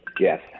Yes